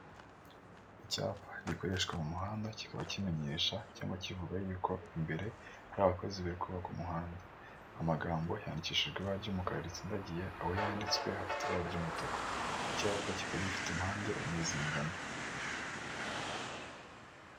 Icyapa gikoreshwa mu muhanda kikaba kimenyesha, cyangwa kivuga y’ uko imbere hari abakozi bari kubaka umuhanda, amagambo yandikishijwe ibara ry'umukara ritsindagiye aho yanditswe hafite ibara ry'umutuku, icyo cyapa kiba gifite impande enye zingana.